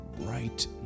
right